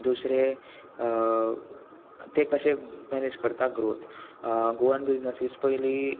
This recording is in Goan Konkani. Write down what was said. दुसरें ते कशे मॅनेज करता ग्रोथ गोवन बिजनसीस पयलीं